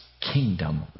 kingdom